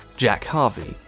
jack harvey,